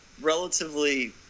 relatively